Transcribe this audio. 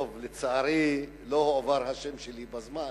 לצערי לא הועבר השם שלי בזמן,